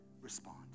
respond